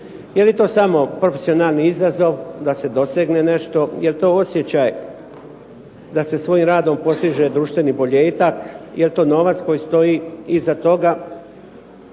Je li to samo profesionalni izazov da se dosegne nešto, je li to osjećaj da se svojim radom postiže društveni boljitak, je li to novac koji stoji iza toga,